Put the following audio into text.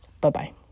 Bye-bye